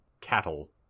cattle